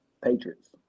Patriots